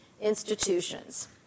institutions